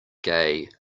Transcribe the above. gay